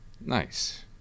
nice